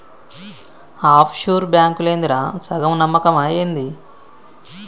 half sure బాంకులేందిరా, సగం నమ్మకమా ఏంది